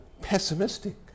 pessimistic